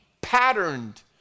patterned